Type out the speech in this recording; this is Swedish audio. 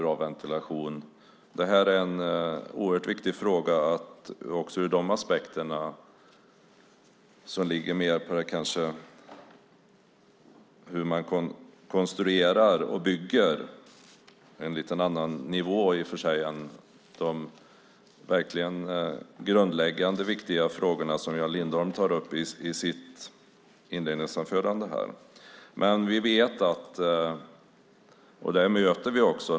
Frågan är alltså viktig också från den aspekt som kanske mer handlar om hur man konstruerar och bygger. Det är i och för sig en annan nivå än de verkligen grundläggande och viktiga frågorna som Jan Lindholm tar upp i sitt anförande.